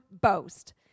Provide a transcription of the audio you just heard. boast